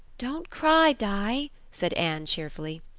don't cry, di, said anne cheerily.